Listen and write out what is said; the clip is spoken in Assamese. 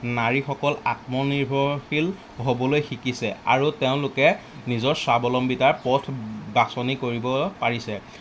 নাৰীসকল আত্মনিৰ্ভৰশীল হ'বলৈ শিকিছে আৰু তেওঁলোকে নিজৰ স্বাৱলম্বিতাৰ পথ বাছনি কৰিব পাৰিছে